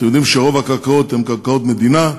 אתם יודעים שרוב הקרקעות הן קרקעות מדינה,